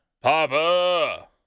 Papa